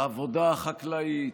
העבודה החקלאית,